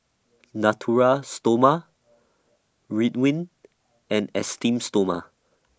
Natura Stoma Ridwind and Esteem Stoma